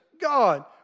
God